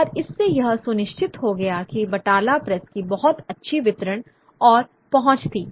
और इससे यह सुनिश्चित हो गया कि बैटाला प्रेस की बहुत अच्छी वितरण और पहुंच थी